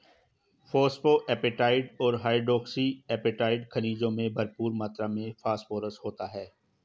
phosphoapatite और hydroxy apatite खनिजों में भरपूर मात्र में फोस्फोरस होता है